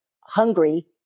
hungry